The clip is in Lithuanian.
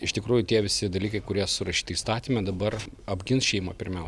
iš tikrųjų tie visi dalykai kurie surašyti įstatyme dabar apgins šeimą pirmiau